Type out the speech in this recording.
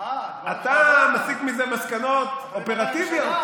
אתה מסיק מזה מסקנות אופרטיביות.